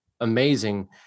amazing